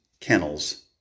kennels